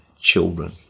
children